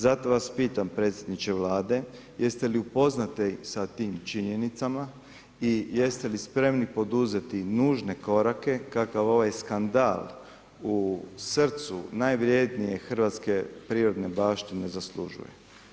Zato vas pitam predsjedniče Vlade, jeste li upoznati s tim činjenicama i jeste li spremni poduzeti nužne korake, kakav ovaj skandal u srcu najvrijednije hrvatske prirodne zaslužuje.